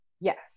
Yes